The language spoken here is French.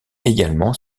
également